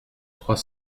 trois